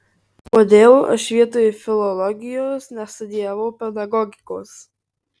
kodėl aš vietoj filologijos nestudijavau pedagogikos